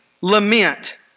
lament